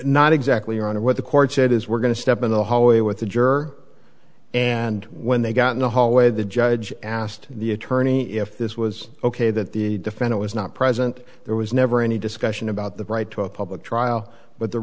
not exactly on what the court said is we're going to step in the hallway with the juror and when they got in the hallway the judge asked the attorney if this was ok that the defendant was not present there was never any discussion about the right to a public trial but there